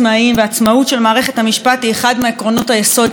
עצמאות של מערכת המשפט היא אחד מעקרונות היסוד שלה.